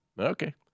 Okay